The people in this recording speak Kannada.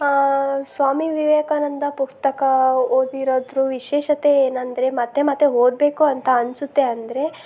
ಸ್ವಾಮಿ ವಿವೇಕಾನಂದ ಪುಸ್ತಕ ಓದಿರದ್ರ ವಿಶೇಷತೆ ಏನಂದರೆ ಮತ್ತೆ ಮತ್ತೆ ಓದಬೇಕು ಅಂತ ಅನ್ನಿಸುತ್ತೆ ಅಂದರೆ